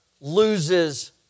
loses